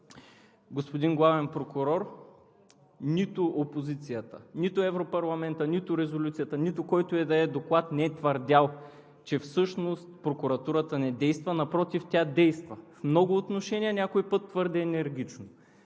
Господин Главен прокурор, нито опозицията, нито Европарламентът, нито резолюцията, нито който и да е доклад не е твърдял, че всъщност прокуратурата не действа. Напротив, тя действа в много отношения твърде енергично,